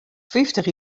fyftich